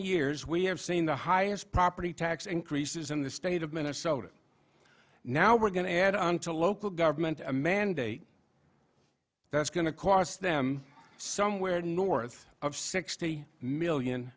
years we have seen the highest property tax increases in the state of minnesota now we're going to add on to local government a mandate that's going to cost them somewhere north of sixty million